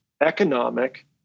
economic